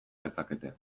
dezakete